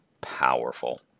powerful